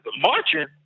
marching